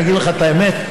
אומר לך את האמת,